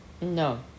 No